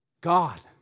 God